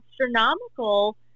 astronomical